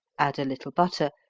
add a little butter,